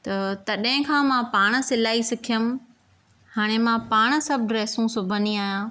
त तॾहिं खां मां पाण सिलाई सिखियमि हाणे मां पाण सभ ड्रैसूं सिबंदी आहियां